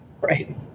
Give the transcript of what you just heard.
right